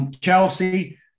Chelsea